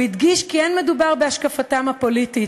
הוא הדגיש כי אין מדובר בהשקפתם הפוליטית,